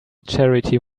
charity